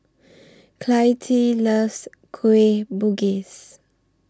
Clytie loves Kueh Bugis